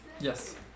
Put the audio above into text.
Yes